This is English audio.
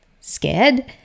scared